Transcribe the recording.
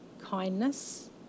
kindness